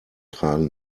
tragen